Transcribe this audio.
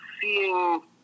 seeing